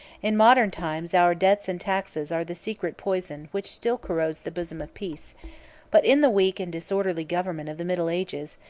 in modern times our debts and taxes are the secret poison which still corrodes the bosom of peace but in the weak and disorderly government of the middle ages,